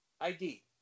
ID